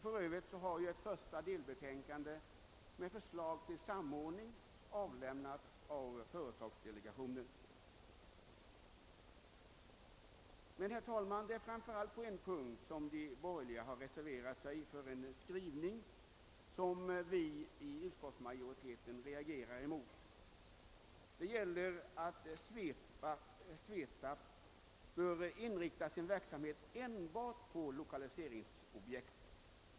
För övrigt har ett första delbetänkande med förslag till samordning avlämnats av företagsdelegationen. Vi i utskottsmajoriteten reagerar emellertid särskilt mot en punkt i de borgerligas reservation — det gäller uttalandet om att SVETAB bör inrikta sin verksamhet enbart på lokaliseringsobjekt.